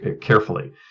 carefully